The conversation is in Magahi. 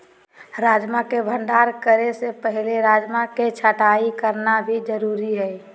राजमा के भंडारण करे से पहले राजमा के छँटाई करना भी जरुरी हय